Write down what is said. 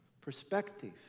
perspective